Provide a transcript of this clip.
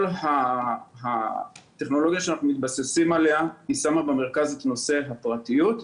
כל הטכנולוגיה שאנחנו מתבססים עליה שמה במרכז את נושא הפרטיות,